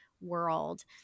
world